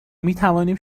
میتوانیم